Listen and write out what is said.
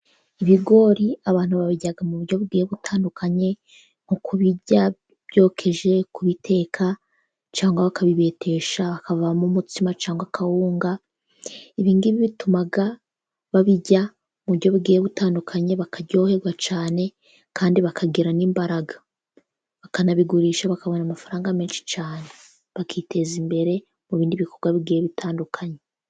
Ibigori abantu babirya mu buryo bugiye butandukanye nko kubirya byokeje, kubiteka cyangwa bakabibetesha hakavamo umutsima, cyangwa akawunga. Ibi ngibi bituma babirya mu buryo bugiye butandukanye bakaryoherwa cyane, kandi bakagira n'imbaraga. Bakanabigurisha bakabona amafaranga menshi cyane, bakiteza imbere mu bindi bikorwa bigiye bitandukanye.